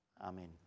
Amen